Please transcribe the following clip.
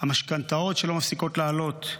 במשכנתאות שלא מפסיקות לעלות.